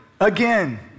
again